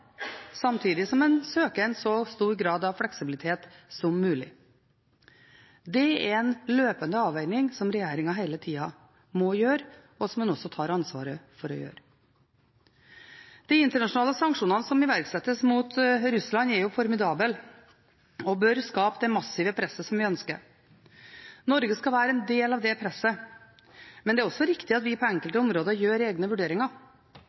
samtidig som en søker en så stor grad av fleksibilitet som mulig. Det er en løpende avveging som regjeringen hele tida må gjøre, og som en også tar ansvaret for å gjøre. De internasjonale sanksjonene som iverksettes mot Russland, er formidable og bør skape det massive presset som vi ønsker. Norge skal være en del av det presset, men det er også riktig at vi på enkelte områder gjør egne vurderinger.